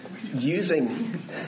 Using